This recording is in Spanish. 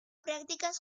prácticas